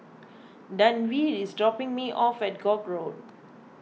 Denver is dropping me off at Koek Road